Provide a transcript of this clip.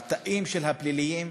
לתאים של הפליליים,